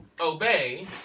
obey